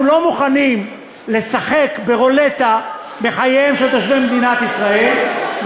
אנחנו לא מוכנים לשחק ברולטה בחייהם של תושבי מדינת ישראל.